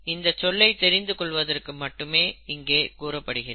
இந்தச் சொல்லை தெரிந்து கொள்வதற்கு மட்டுமே இங்கே கூறப்படுகிறது